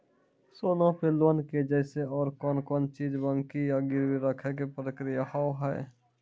सोना पे लोन के जैसे और कौन कौन चीज बंकी या गिरवी रखे के प्रक्रिया हाव हाय?